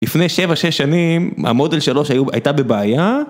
לפני שבע, שש שנים המודל שלוש הייתה בבעיה.